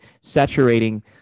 saturating